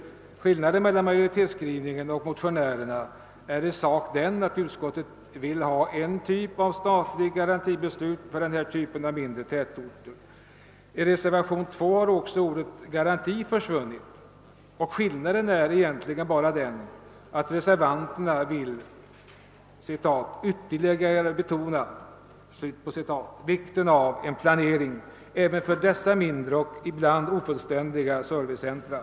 Skillnaden mellan majoritetsskrivningen och motionerna är i sak den att utskottet inte vill ha en typ av statliga garantibeslut för just den här typen av mindre tätorter. I reservationen 2 har också ordet garanti försvunnit, och reservanterna vill bara »ytterligare betona» vikten av en planering även för dessa mindre och ibland ofullständiga servicecentra.